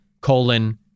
colon